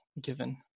given